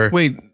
wait